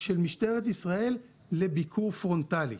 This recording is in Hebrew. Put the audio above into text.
של משטרת ישראל לביקור פרונטאלי.